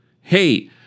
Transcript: Hey